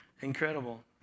Incredible